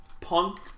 punk